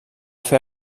fer